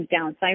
downside